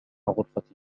غرفتي